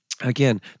Again